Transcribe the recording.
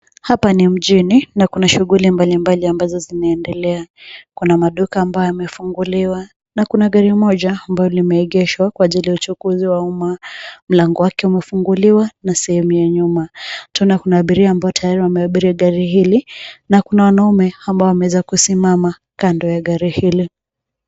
Hapa ni mjini, na kuna shughuli mbalimbali ambazo zinaendelea. Kuna maduka ambayo yamefunguliwa na kuna gari moja ambayo limeegeshwa kwa ajili ya uchukuzi wa umma. Mlango wake umefunguliwa na sehemu ya nyuma. Tunaona abiria ambao tayari wameabiri gari hili, na kuna wanaume ambao wameweza kusimama kando ya gari hili.